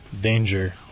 danger